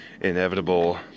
inevitable